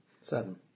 Seven